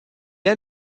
est